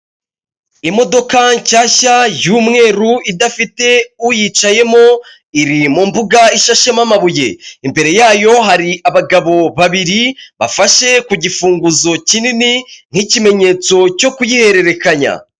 Imodoka nshyashya y'umweru idafite uyicayemo, iri mu mbuga ishashemo amabuye. Imbere yayo hari abagabo babiri bafashe ku gifunguzo kinini nk'ikimenyetso cyo kuyihererekanya.